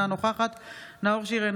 אינה נוכחת נאור שירי,